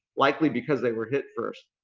likely because they were hit first.